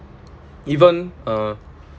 even um